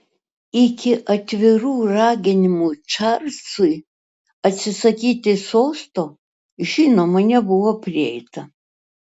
iki atvirų raginimų čarlzui atsisakyti sosto žinoma nebuvo prieita